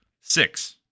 Six